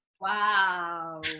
Wow